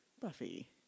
Buffy